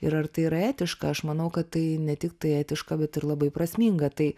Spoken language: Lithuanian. ir ar tai yra etiška aš manau kad tai ne tiktai etiška bet ir labai prasminga tai